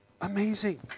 amazing